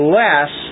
less